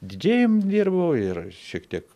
didžėjum dirbau ir šiek tiek